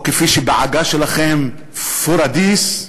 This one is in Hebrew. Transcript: או כפי שבעגה שלכם, פוריידיס,